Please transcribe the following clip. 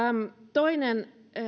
toinen